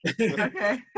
Okay